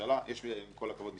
יש משרד ראש הממשלה,